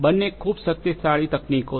બંને ખૂબ શક્તિશાળી તકનીકીઓ છે